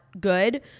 Good